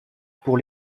pour